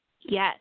Yes